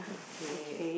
okay